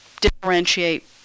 differentiate